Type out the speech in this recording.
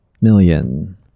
million